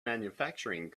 manufacturing